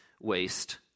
waste